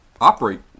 operate